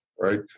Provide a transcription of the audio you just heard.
right